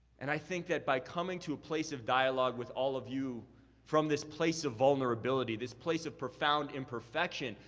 and i think that by coming to place of dialogue with all of you from this place of vulnerability, this place of profound imperfection,